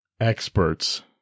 experts